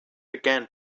began